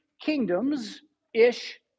kingdoms-ish